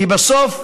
כי בסוף,